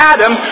Adam